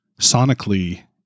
Sonically